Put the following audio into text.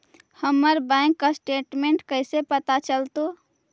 हमर bank statement कैसे पता चलतै?